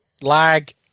Lag